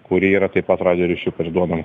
kuri yra taip pat radijo ryšiu perduodama